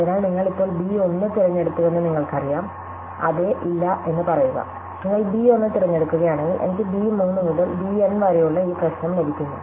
അതിനാൽ നിങ്ങൾ ഇപ്പോൾ ബി 1 തിരഞ്ഞെടുത്തുവെന്ന് നിങ്ങൾക്കറിയാം അതെ ഇല്ല എന്ന് പറയുക നിങ്ങൾ b 1 തിരഞ്ഞെടുക്കുകയാണെങ്കിൽ എനിക്ക് b 3 മുതൽ b N വരെയുള്ള ഈ പ്രശ്നം ലഭിക്കുന്നു